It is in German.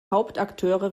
hauptakteure